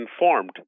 informed